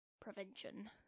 Prevention